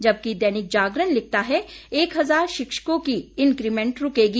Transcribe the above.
जबकि दैनिक जागरण लिखता है एक हजार शिक्षकों की इंकीमेंट रूकेगी